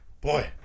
Boy